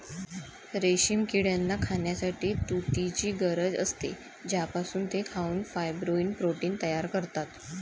रेशीम किड्यांना खाण्यासाठी तुतीची गरज असते, ज्यापासून ते खाऊन फायब्रोइन प्रोटीन तयार करतात